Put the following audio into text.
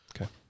Okay